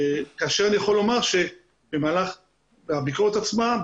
אני יכול לומר שבמהלך הביקורת עצמה,